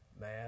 man